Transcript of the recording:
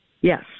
Yes